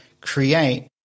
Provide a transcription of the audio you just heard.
create